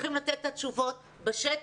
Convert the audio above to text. צריכים לתת את התשובות בשטח,